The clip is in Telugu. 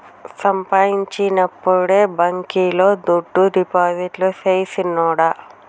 సంపాయించినప్పుడే బాంకీలో దుడ్డు డిపాజిట్టు సెయ్ సిన్నోడా